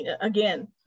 again